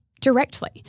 directly